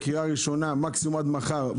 מקסימום עד מחר,